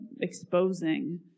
exposing